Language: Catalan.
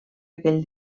aquell